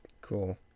Cool